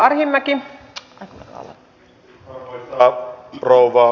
arvoisa rouva puhemies